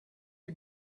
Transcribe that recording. you